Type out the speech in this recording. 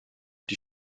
die